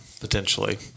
potentially